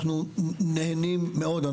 כרגע אנחנו נהנים מאוד,